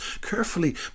carefully